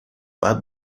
باید